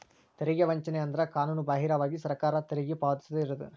ತೆರಿಗೆ ವಂಚನೆ ಅಂದ್ರ ಕಾನೂನುಬಾಹಿರವಾಗಿ ಸರ್ಕಾರಕ್ಕ ತೆರಿಗಿ ಪಾವತಿಸದ ಇರುದು